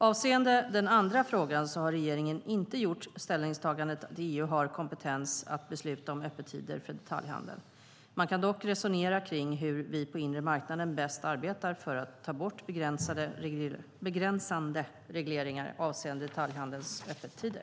Avseende den andra frågan har regeringen inte gjort ställningstagandet att EU har kompetens att besluta om öppettider för detaljhandeln. Man kan dock resonera kring hur vi på den inre marknaden bäst arbetar för att ta bort begränsande regleringar avseende detaljhandelns öppettider.